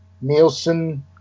Nielsen